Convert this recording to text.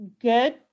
good